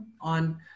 On